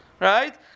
Right